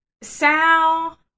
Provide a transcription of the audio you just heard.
Sal